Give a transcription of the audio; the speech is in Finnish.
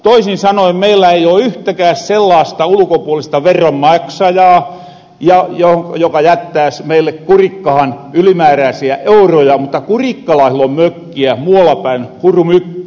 toisin sanoen meillä ei oo yhtäkään sellaasta ulkopuolista veronmaksajaa joka jättääs meille kurikkahan ylimäärääsiä euroja mutta kurikkalaisilla on mökkejä muualla päin huru mykke